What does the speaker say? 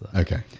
ah okay,